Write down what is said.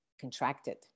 contracted